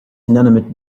inanimate